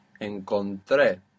Encontré